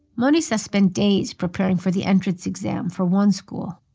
manisha spent days preparing for the entrance exam for one school,